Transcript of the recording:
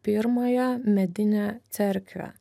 pirmąją medinę cerkvę